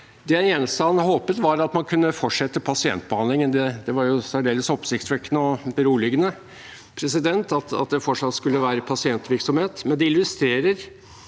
eneste han håpet, var at man kunne fortsette pasientbehandlingen. Det var jo særdeles oppsiktsvekkende og beroligende at det fortsatt skulle være pasientvirksomhet. Det illustrerer